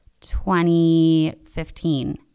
2015